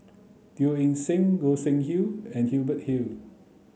Teo Eng Seng Goi Seng Hui and Hubert Hill